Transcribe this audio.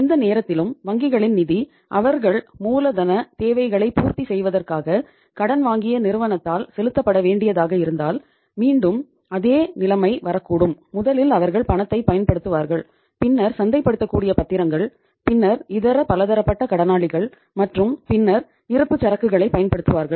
எந்த நேரத்திலும் வங்கிகளின் நிதி அவர்கள் மூலதனத் தேவைகளைப் பூர்த்தி செய்வதற்காக கடன் வாங்கிய நிறுவனத்தால் செலுத்தப்பட வேண்டியதாக இருந்தால் மீண்டும் அதே நிலைமை வரக்கூடும் முதலில் அவர்கள் பணத்தைப் பயன்படுத்துவார்கள் பின்னர் சந்தைப்படுத்தக்கூடிய பத்திரங்கள் பின்னர் இதர பலதரப்பட்ட கடனாளிகள் மற்றும் பின்னர் இருப்புச்சரக்குகளை பயன்படுத்துவாரகள்